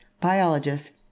biologists